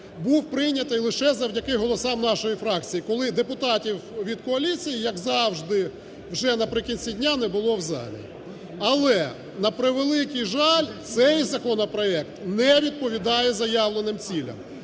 був прийнятий лише завдяки голосам нашої фракції, коли депутатів від коаліції, як завжди, вже наприкінці дня не було в залі. Але, на превеликий жаль, цей законопроект не відповідає заявленим цінам.